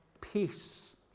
peace